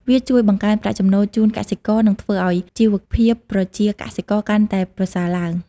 វាជួយបង្កើនប្រាក់ចំណូលជូនកសិករ និងធ្វើឱ្យជីវភាពប្រជាកសិករកាន់តែប្រសើរឡើង។